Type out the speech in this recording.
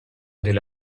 delle